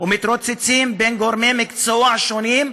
ומתרוצצים בין גורמי מקצוע שונים,